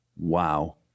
Wow